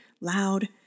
loud